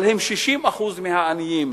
אבל הם 60% מהעניים.